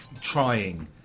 trying